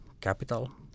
capital